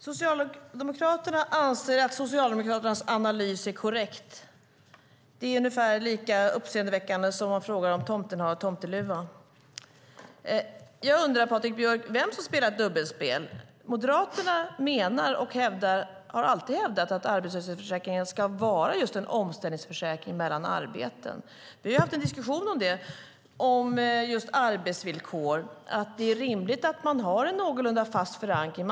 Fru talman! Socialdemokraterna anser att Socialdemokraternas analys är korrekt. Det är ungefär lika uppseendeväckande som att säga att tomten har tomteluva. Jag undrar, Patrik Björck, vem som spelar dubbelspel. Moderaterna hävdar, har alltid hävdat, att arbetslöshetsförsäkringen ska vara just en omställningsförsäkring mellan arbeten. Vi har haft en diskussion om arbetsvillkoren, att det är rimligt att man har en någorlunda fast förankring.